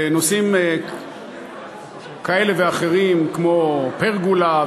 בנושאים כאלה ואחרים כמו פרגולה,